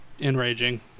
enraging